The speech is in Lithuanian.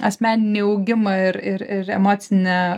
asmeninį augimą ir ir ir emocinę